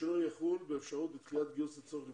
השינוי יחול באפשרות לדחיית גיוס לצורך לימודים,